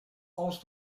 als